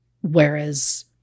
Whereas